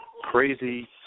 Crazy